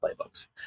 playbooks